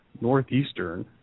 northeastern